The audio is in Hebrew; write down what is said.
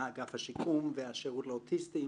מה הרציונל?